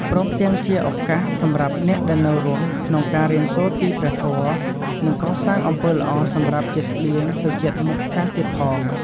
ព្រមទាំងជាឱកាសសម្រាប់អ្នកដែលនៅរស់ក្នុងការរៀនសូត្រពីព្រះធម៌ និងកសាងអំពើល្អសម្រាប់ជាស្បៀងទៅជាតិមុខថែមទៀតផង។